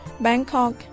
Bangkok